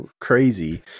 crazy